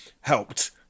helped